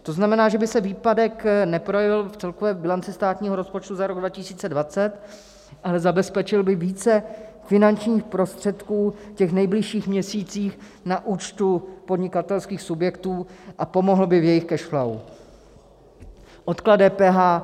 To znamená, že by se výpadek neprojevil v celkové bilanci státního rozpočtu za rok 2020, ale zabezpečil by více finančních prostředků v těch nejbližších měsících na účtu podnikatelských subjektů a pomohl by v jejich cash flow.